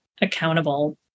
accountable